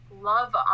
love